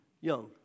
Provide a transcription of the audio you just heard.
Young